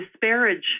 disparage